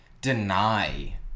deny